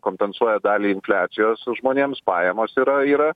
kompensuoja dalį infliacijos žmonėms pajamos yra yra